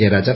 Jayarajan